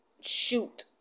shoot